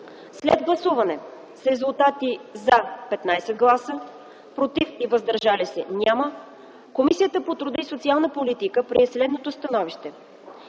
След гласуване с резултати: „за” – 15 гласа, без „против” и „въздържали се”, Комисията по труда и социалната политика прие следното становище: